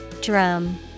Drum